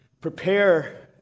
prepare